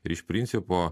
ir iš principo